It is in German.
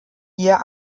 hier